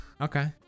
okay